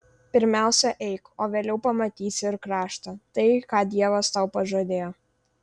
pirmiausia eik o vėliau pamatysi ir kraštą tai ką dievas tau pažadėjo